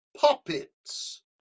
Puppet's